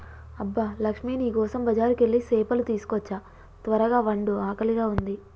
అబ్బ లక్ష్మీ నీ కోసం బజారుకెళ్ళి సేపలు తీసుకోచ్చా త్వరగ వండు ఆకలిగా ఉంది